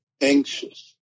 anxious